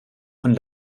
und